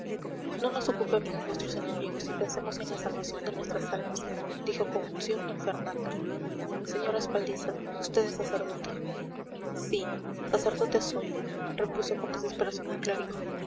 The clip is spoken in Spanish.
no nos ocupemos de nuestros enemigos y pensemos en la salvación de nuestras almas dijo con unción d fernando sr respaldiza vd es sacerdote sí sacerdote soy repuso con desesperación el